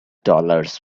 dollars